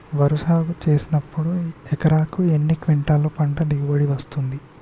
వరి సాగు చేసినప్పుడు ఎకరాకు ఎన్ని క్వింటాలు పంట దిగుబడి వస్తది?